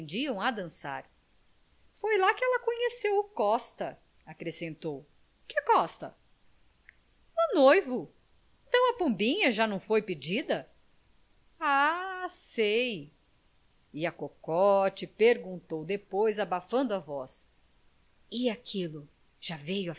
aprendiam a dançar foi lá que ela conheceu o costa acrescentou que costa o noivo então a pombinha já não foi pedida ah sei e a cocote perguntou depois abafando a voz e aquilo já veio